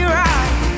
right